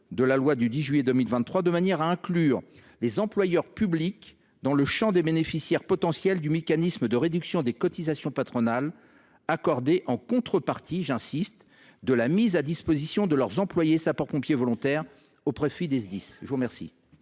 de la loi du 10 juillet 2023 de manière à inclure les employeurs publics dans le champ des bénéficiaires potentiels du mécanisme de réduction des cotisations patronales accordé en contrepartie – j’y insiste – de la mise à disposition de leurs employés sapeurs pompiers volontaires au profit des Sdis. Quel